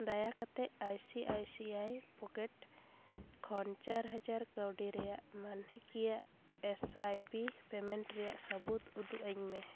ᱫᱟᱭᱟ ᱠᱟᱛᱮᱫ ᱟᱭ ᱥᱤ ᱟᱭ ᱥᱤ ᱟᱭ ᱯᱚᱠᱮᱴ ᱠᱷᱚᱱ ᱪᱟᱨ ᱦᱟᱡᱟᱨ ᱠᱟᱹᱣᱰᱤ ᱨᱮᱭᱟᱜ ᱢᱟᱹᱱᱦᱟᱹᱠᱤᱭᱟᱹ ᱮᱥ ᱟᱭ ᱯᱤ ᱯᱮᱢᱮᱱᱴ ᱨᱮᱭᱟᱜ ᱥᱟᱹᱵᱩᱫᱽ ᱩᱫᱩᱜ ᱟᱹᱧ ᱢᱮ